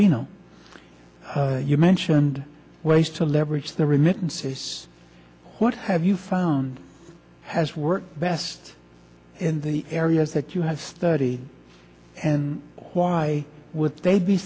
reno you mentioned ways to leverage the remittances what have you found has worked best in the areas that you have studied and why would they be